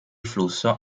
flusso